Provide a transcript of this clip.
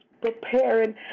preparing